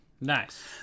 Nice